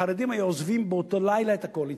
החרדים היו עוזבים באותו לילה את הקואליציה.